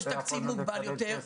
יש תקציב מוגבל יותר,